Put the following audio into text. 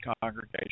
congregation